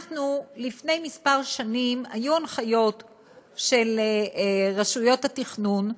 לפני כמה שנים היו הנחיות של רשויות התכנון,